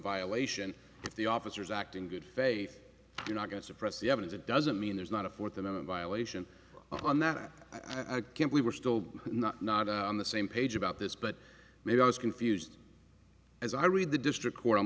violation if the officers act in good faith you're not going to suppress the evidence it doesn't mean there's not a fourth amendment violation on that i can't we we're still not not on the same page about this but maybe i was confused as i read the district court i'm